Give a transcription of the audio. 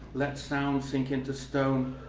let sounds sink into stone.